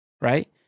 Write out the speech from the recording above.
right